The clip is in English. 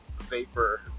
vapor